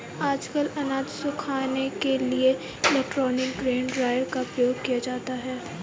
आजकल अनाज सुखाने के लिए इलेक्ट्रॉनिक ग्रेन ड्रॉयर का उपयोग होता है